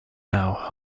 now